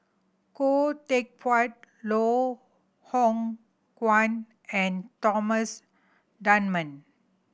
Khoo Teck Puat Loh Hoong Kwan and Thomas Dunman